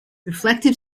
reflective